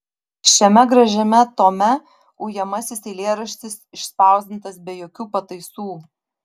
šiame gražiame tome ujamasis eilėraštis išspausdintas be jokių pataisų